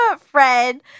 Fred